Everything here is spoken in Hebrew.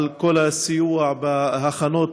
על כל הסיוע בהכנות